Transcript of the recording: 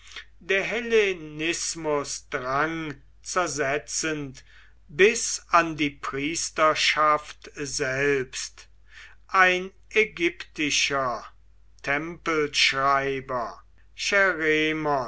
der hellenismus drang zersetzend bis an die priesterschaft selbst ein ägyptischer tempelschreiber